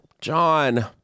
John